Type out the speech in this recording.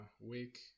week